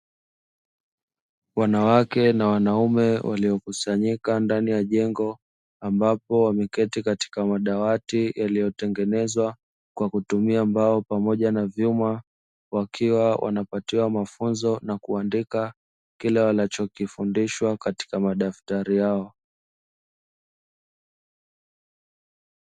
Wanawake na wanaume, waliokusanyika ndani ya jengo, ambapo wameketi katika madawati yaliyotengenezwa kwa kutumia mbao pamoja na vyuma, wakiwa wanapatiwa mafunzo na kuandika, kile wanachokifundishwa katika madaftari yao.